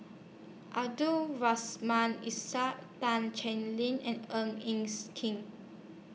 and